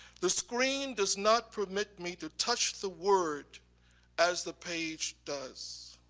the screen does not permit me to touch the word as the page does.